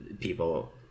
people